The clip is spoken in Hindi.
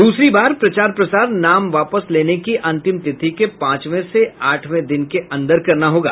दूसरी बार प्रचार प्रसार नाम वापस लेने की अंतिम तिथि के पांचवें से आठवें दिन के अंदर करना होगा